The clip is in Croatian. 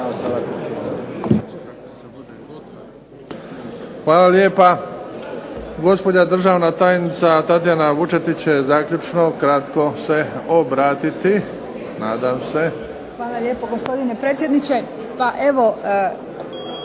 Hvala lijepa. Gospođa državna tajnica Tatjana Vučetić će zaključno, kratko se obratiti. Nadam se. **Vučetić, Tatijana** Hvala lijepa gospodine predsjedniče. Pa evo